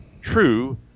true